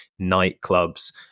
nightclubs